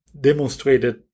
demonstrated